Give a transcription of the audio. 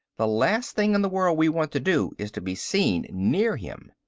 the last thing in the world we want to do, is to be seen near him.